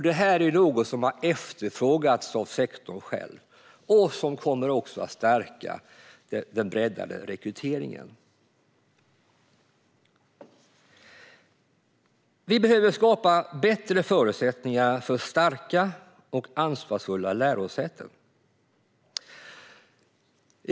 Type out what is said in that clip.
Detta är något som har efterfrågats av sektorn och som också kommer att stärka den breddade rekryteringen. Vi behöver skapa bättre förutsättningar för starka och ansvarsfulla lärosäten.